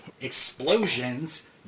explosions